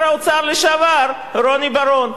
ושר האוצר לשעבר רוני בר-און.